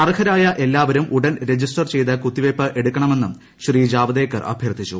അർഹരായ എല്ലാവരും ഉടൻ രജിസ്റ്റർ ചെയ്ത് കുത്തിവയ്പ്പ എടുക്കണമെന്നും ശ്രീ ജാവദേക്കർ അഭ്യർത്ഥിച്ചു